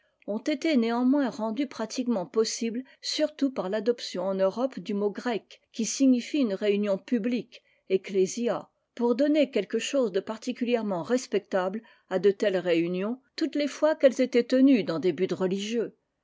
ont été néanmoins rendus pratiquement possibles surtout par l'adoption en europe du mot grec qui signifie une réunion publique ecclesia pour donner quelque chose de particulièrement respectable à de telles réunions toutes les fois qu'elles étaient tenues dans des buts religieux